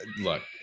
look